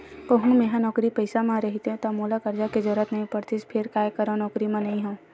कहूँ मेंहा नौकरी पइसा म रहितेंव ता मोला करजा के जरुरत नइ पड़तिस फेर काय करव नउकरी म नइ हंव